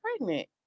pregnant